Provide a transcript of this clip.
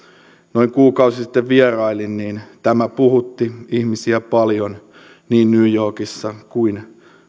noin kuukausi sitten vierailin niin tämä puhutti ihmisiä paljon niin new yorkissa kuin